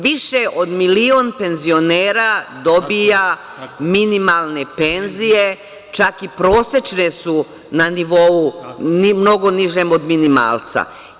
Više od milion penzionera dobija minimalne penzije, čak i prosečne su na nivou mnogo nižem od minimalca.